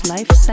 Life